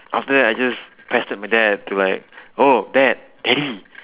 after that I just pestered my dad to like oh dad daddy